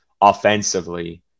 offensively